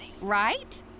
Right